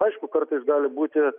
aišku kartais gali būti